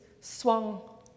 swung